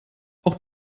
auch